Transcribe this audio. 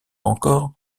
encore